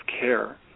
care